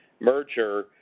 merger